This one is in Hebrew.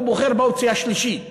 הוא בוחר באופציה השלישית